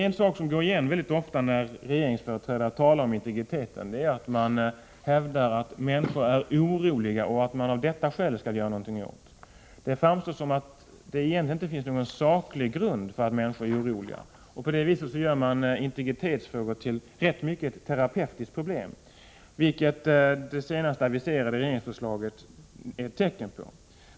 En sak som går igen väldigt ofta när regeringsföreträdare talar om integritet är att man hävdar att människor är oroliga och att man av detta skäl skall göra någonting. Det framstår som att det egentligen inte finns någon saklig grund för att människor är oroliga. På detta sätt görs integritetsfrågor rätt mycket till ett terapeutiskt problem, vilket också det senast aviserade förslaget från regeringen är tecken på.